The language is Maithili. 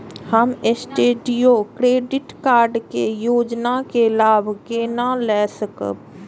हम स्टूडेंट क्रेडिट कार्ड के योजना के लाभ केना लय सकब?